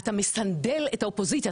אתה מסנדל את האופוזיציה,